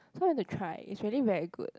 so I went to try is really very good